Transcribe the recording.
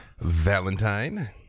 Valentine